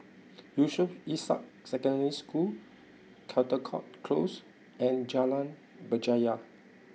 Yusof Ishak Secondary School Caldecott Close and Jalan Berjaya